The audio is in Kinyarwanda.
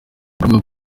baravuga